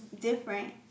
different